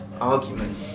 argument